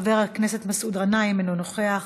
חבר הכנסת מסעוד גנאים, אינו נוכח.